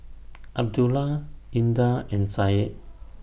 Abdullah Indah and Syed